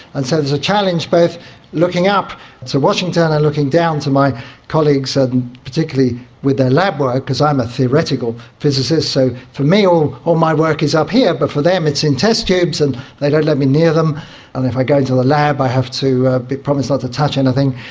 and so it's a challenge both looking up to washington and looking down to my colleagues and particularly with their lab work because i'm a theoretical physicist, so for me all all my work is up here but for them it's in test tubes and they don't let me in near them, and if i go into the lab i have to ah but promise not to touch anything.